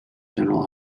general